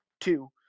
two